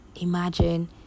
Imagine